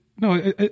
no